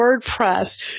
WordPress